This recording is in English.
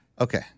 okay